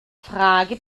frage